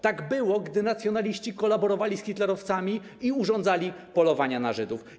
Tak było, gdy nacjonaliści kolaborowali z hitlerowcami i urządzali polowania na Żydów.